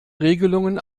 regelungen